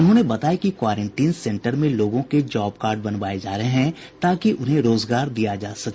उन्होंने बताया कि क्वारेंटीन सेंटर में लोगों के जॉब कार्ड बनवाये जा रहे हैं ताकि उन्हें रोजगार दिया जा सके